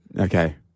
Okay